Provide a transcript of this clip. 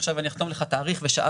עכשיו אני אחתום לך על תאריך ושעה